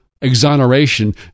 exoneration